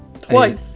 twice